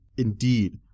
Indeed